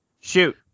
Shoot